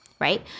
right